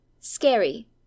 scary